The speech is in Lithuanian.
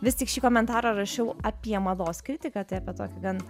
vis tik šį komentarą rašiau apie mados kritiką tai apie tokį gan